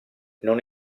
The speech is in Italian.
non